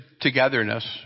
togetherness